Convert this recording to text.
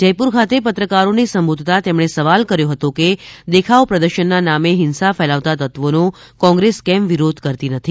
જયપુર ખાતે પત્રકારો ને સંબોધતા તેમણે સવાલ કર્યો હતો કે દેખાવ પ્રદર્શન ના નામે હિંસા ફેલાવતા તત્વોનો કોંગ્રેસ કેમ વિરોધ કરતી નથી